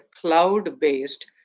cloud-based